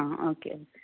ആ ഓക്കേ